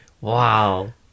wow